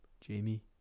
Jamie